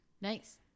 nice